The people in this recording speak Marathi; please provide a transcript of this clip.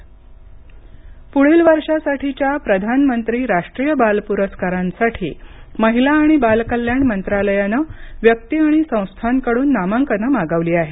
बाल पुरस्कार पुढील वर्षासाठीच्या प्रधानमंत्री राष्ट्रीय बाल पुरस्कारंसाठी महिला आणि बाल कल्याण मंत्रालयानं व्यक्ती आणि संस्थांकडून नामांकनं मागवली आहेत